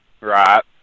right